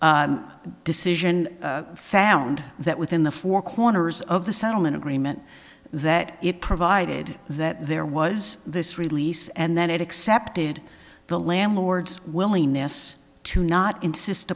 as decision found that within the four corners of the settlement agreement that it provided that there was this release and that it accepted the landlord's willingness to not insist